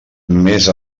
més